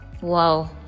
Wow